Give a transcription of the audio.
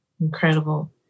incredible